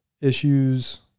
issues